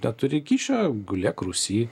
neturi kyšio gulėk rūsy